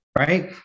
Right